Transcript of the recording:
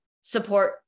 support